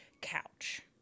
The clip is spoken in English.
couch